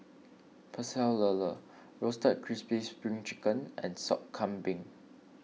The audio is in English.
Pecel Lele Roasted Crispy Spring Chicken and Sop Kambing